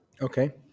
Okay